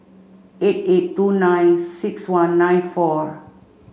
eight eight two nine six one nine four